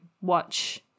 watch